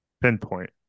pinpoint